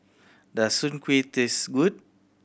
does Soon Kueh taste good